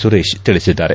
ಸುರೇಶ್ ತಿಳಿಸಿದ್ದಾರೆ